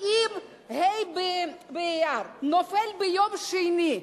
אם ה' באייר נופל ביום שני,